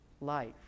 life